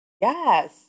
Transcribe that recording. Yes